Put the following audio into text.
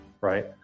right